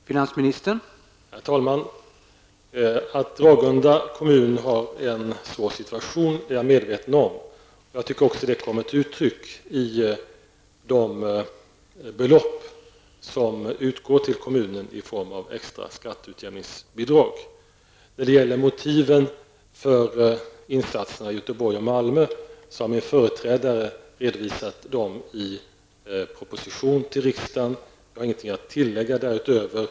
Herr talman! Jag är medveten om att Ragunda kommun har en svår situation. Jag anser också att detta kommer till uttryck i de belopp som utgår till kommunen i form av extra skatteutjämningsbidrag. När det gäller motiven för insatserna i Göteborg och Malmö har min företrädare redovisat dem i proposition till riksdagen. Jag har ingenting att tillägga därutöver.